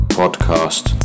podcast